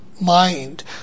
mind